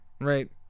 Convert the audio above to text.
Right